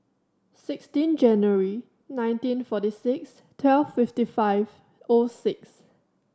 sixteen January nineteen forty six twelve fifty five O six